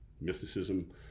mysticism